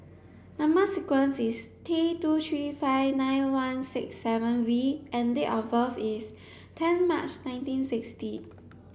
number sequence is T two three five nine one six seven V and date of birth is ten March nineteen sixty